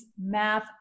math